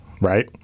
right